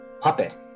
puppet